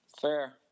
Fair